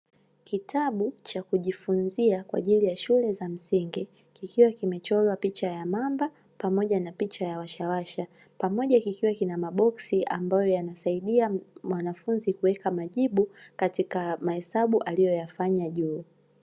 Kitabu cha kujifunzia kwa ajili ya shule za msingi, kikiwa limechorwa picha ya mamba pamoja na picha ya washawasha, pamoja kikiwa na maboksi, ambayo yanasaidia mwanafunzi kuweka majibu katika mahesabu aliyoyafanya nyuma .